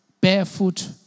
barefoot